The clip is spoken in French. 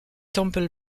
temple